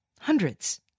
Hundreds